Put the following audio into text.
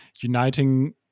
uniting